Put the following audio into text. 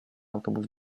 autobus